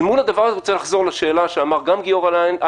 אל מול הדבר הזה אני רוצה לחזור אל מה שאמרו גם גיורא איילנד,